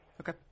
Okay